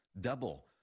double